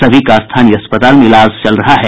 सभी का स्थानीय अस्पताल में इलाज चल रहा है